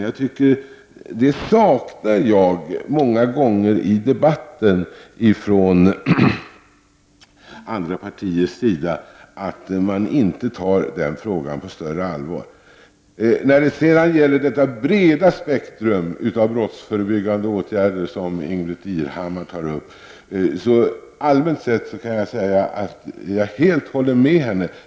Många gånger har jag saknat detta i debatten från andra partiers sida; man tar inte frågan på tillräckligt stort allvar. Ingbritt Irhammar tar upp ett brett spektrum av brottsförebyggande åtgärder, och allmänt sett kan jag säga att jag helt håller med henne.